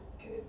Okay